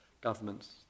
governments